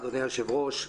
אדוני היושב-ראש,